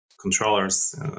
controllers